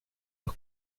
los